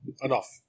Enough